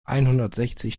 einhundertsechzig